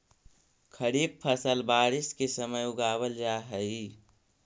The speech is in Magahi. खरीफ फसल बारिश के समय उगावल जा हइ